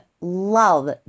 love